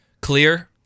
Clear